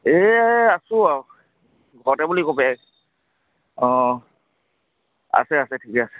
এই আছোঁ আৰু ঘৰতে বুলি ক'ব অঁ আছে আছে ঠিকে আছে